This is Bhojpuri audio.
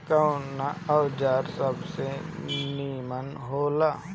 कवन उर्वरक सबसे नीमन होला?